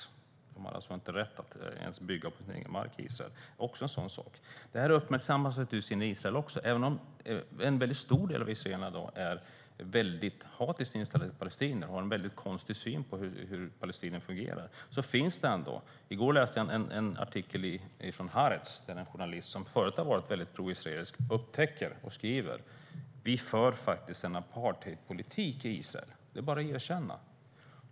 De har alltså inte rätt att bygga på sin egen mark i Israel. Det här uppmärksammas naturligtvis inne i Israel också. Även om en stor del av israelerna i dag är mycket hatiskt inställda till palestinier och har en konstig syn på dem finns det en viss förståelse. I går läste jag en artikel från Haaretz där en journalist, som förut har varit proisraelisk, skriver: Vi för faktiskt en apartheidpolitik i Israel, det är bara att erkänna.